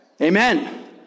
Amen